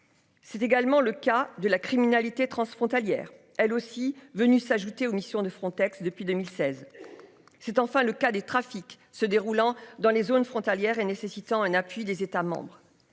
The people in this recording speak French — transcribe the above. C'est également le cas de la criminalité transfrontalière elle aussi venues s'ajouter aux missions de Frontex depuis 2016. C'est enfin le. Il des trafics se déroulant dans les zones frontalières et nécessitant un appui des États membres.